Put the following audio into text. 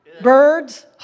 birds